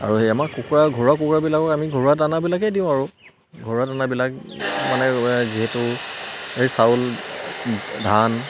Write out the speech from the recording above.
আৰু সেই আমাৰ কুকুৰা ঘৰুৱা কুকুৰাবিলাকো আমি ঘৰুৱা দানাবিলাকেই দিওঁ আৰু ঘৰুৱা দানাবিলাক মানে যিহেতু এই চাউল ধান